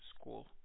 school